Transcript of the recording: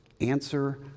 answer